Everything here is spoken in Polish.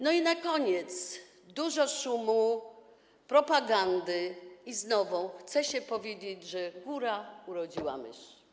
Na koniec: dużo szumu, propagandy i znowu chce się powiedzieć, że góra urodziła mysz.